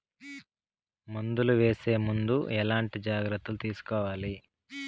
మందులు వేసే ముందు ఎట్లాంటి జాగ్రత్తలు తీసుకోవాలి?